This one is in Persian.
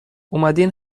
اومدین